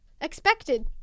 expected